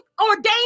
ordained